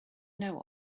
know